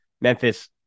Memphis